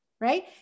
right